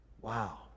Wow